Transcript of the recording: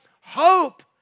hope